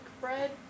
bread